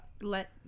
let